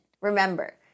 Remember